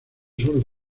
solo